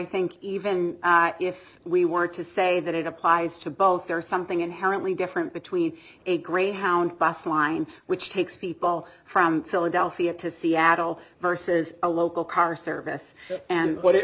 think even if we were to say that it applies to both there's something inherently different between a greyhound bus line which takes people from philadelphia to seattle versus a local car service and what